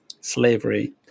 slavery